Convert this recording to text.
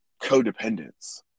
codependence